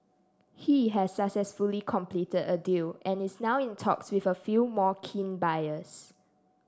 he has successfully completed a deal and is now in talks with a few more keen buyers